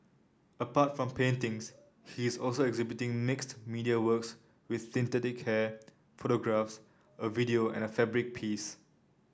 apart from paintings he is also exhibiting mixed media works with synthetic hair photographs a video and a fabric piece